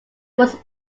was